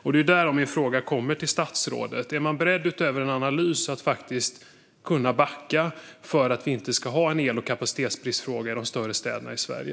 Här kommer min fråga till statsrådet. Är man beredd att utöver att göra en analys faktiskt kunna backa för att det inte ska bli en kapacitetsbrist i elen i de större städerna i Sverige?